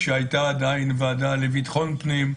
כשהיתה עדיין הוועדה לביטחון פנים,